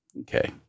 Okay